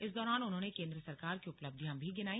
इस दौरान उन्होंने केंद्र सरकार की उपलब्धियां भी गिनाई